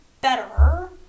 better